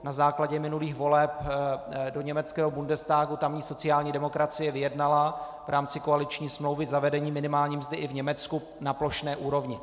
Na základě minulých voleb do německého Bundestagu tamní sociální demokracie vyjednala v rámci koaliční smlouvy zavedení minimální mzdy i v Německu na plošné úrovni.